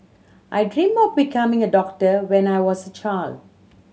I dreamt of becoming a doctor when I was a child